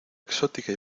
exótica